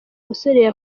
musore